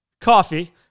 coffee